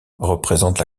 représente